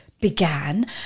began